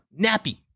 Nappy